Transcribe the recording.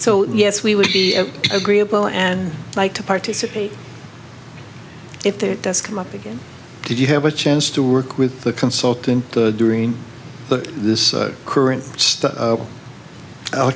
so yes we would be agreeable and like to participate if that does come up again did you have a chance to work with the consultant during this current